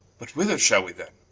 but whether shall we then?